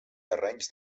terrenys